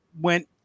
went